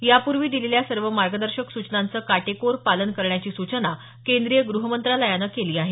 यापूर्वी दिलेल्या सर्व मार्गदर्शक सूचनांचं काटेकोर पालन करण्याची सूचना केंद्रीय गृहमंत्रालयानं केली आहे